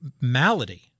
malady